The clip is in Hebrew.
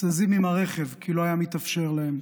זזים עם הרכב כי לא היה מתאפשר להם.